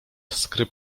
skry